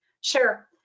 Sure